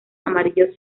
amarillo